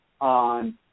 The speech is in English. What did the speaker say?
on